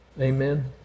Amen